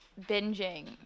binging